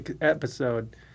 episode